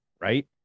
right